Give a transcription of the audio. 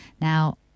Now